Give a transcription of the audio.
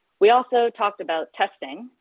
we also talked about testing.